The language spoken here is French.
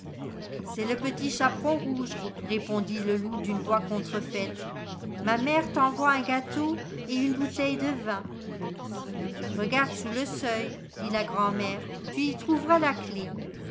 c'est le petit chaperon rouge répondit le loup d'une voix contrefaite ma mère t'envoie un gâteau et uiie bouteille de vin regarde sous le seuil dit la grand'mère tu y trouveras la clef